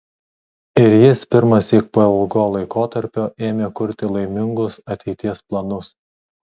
ir jis pirmąsyk po ilgo laikotarpio ėmė kurti laimingus ateities planus